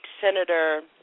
Senator